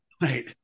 right